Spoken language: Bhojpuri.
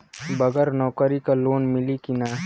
बगर नौकरी क लोन मिली कि ना?